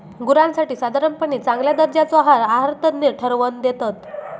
गुरांसाठी साधारणपणे चांगल्या दर्जाचो आहार आहारतज्ञ ठरवन दितत